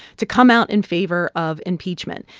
to come out in favor of impeachment.